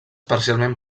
parcialment